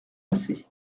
assez